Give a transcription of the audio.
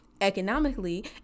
economically